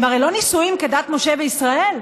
הם הרי לא נישואים כדת משה וישראל,